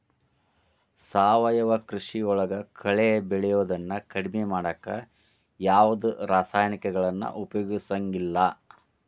ಸಾವಯವ ಕೃಷಿಯೊಳಗ ಕಳೆ ಬೆಳಿಯೋದನ್ನ ಕಡಿಮಿ ಮಾಡಾಕ ಯಾವದ್ ರಾಸಾಯನಿಕಗಳನ್ನ ಉಪಯೋಗಸಂಗಿಲ್ಲ